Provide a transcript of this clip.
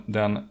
den